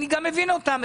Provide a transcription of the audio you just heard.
ואני גם מבין אותן,